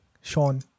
Sean